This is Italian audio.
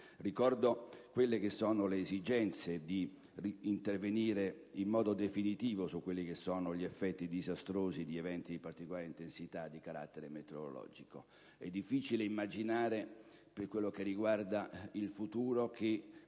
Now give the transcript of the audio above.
Ricordo l'esigenza di intervenire in modo definitivo su quelli che sono gli effetti disastrosi di eventi di particolare intensità di carattere meteorologico. È difficile immaginare, per quello che riguarda il futuro, che